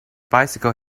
bicycle